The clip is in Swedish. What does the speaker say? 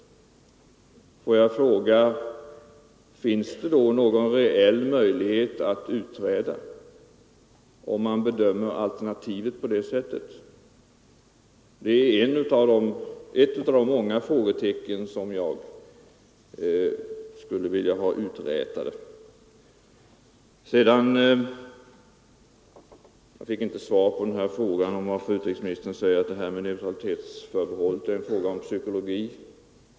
Får jag fråga: Finns det då någon reell möjlighet att utträda i en krissituation, om man bedömer alternativet på det sättet? Det är ett av de många frågetecken som jag skulle vilja ha uträtade. Jag fick inte något besked om varför utrikesministern säger att neutralitetsförbehållet är en fråga om psykologi.